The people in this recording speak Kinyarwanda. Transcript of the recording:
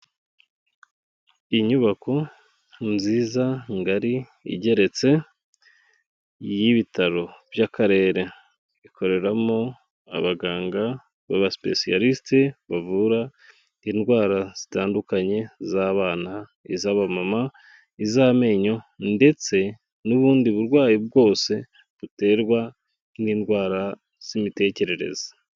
Inyubako nziza, ngari, igeretse, y'ibitaro by'akarere, ikoreramo abaganga b'abasipesiyarisite bavura indwara zitandukanye z'abana, iz'abamama, iz'amenyo ndetse n'ubundi burwayi bwose buterwa n'indwara z'imitekerereze.